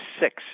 six